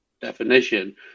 definition